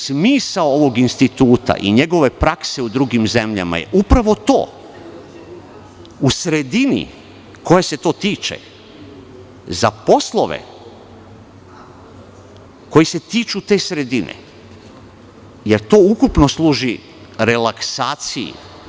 Smisao ovog instituta i njegove prakse u drugim zemljama je upravo u sredini koje se to tiče, za poslove koji se tiču te sredine, jer to ukupno služi relaksaciji.